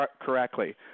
correctly